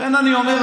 לכן אני אומר,